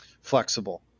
flexible